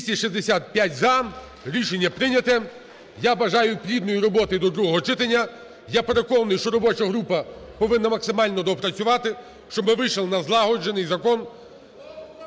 За-265 Рішення прийняте. Я бажаю плідної роботи до другого читання. Я переконаний, що робоча група повинна максимально доопрацювати, щоб ми вийшли на злагоджений закон